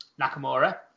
Nakamura